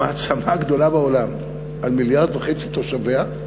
המעצמה הגדולה בעולם, על מיליארד וחצי תושביה,